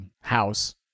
house